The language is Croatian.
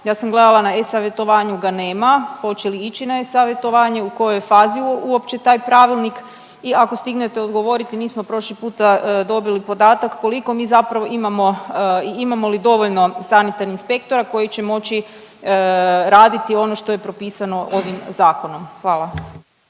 Ja sam gledala na e-savjetovanju ga nema. Hoće li ići na e-savjetovanje, u kojoj je fazi uopće taj pravilnik i ako stignete odgovoriti, nismo prošli puta dobili podatak, koliko mi zapravo imamo i imamo li dovoljno sanitarnih inspektora koji će moći raditi ono što je propisano ovim zakonom? Hvala.